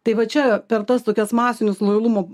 tai va čia per tas tokias masinius lojalumo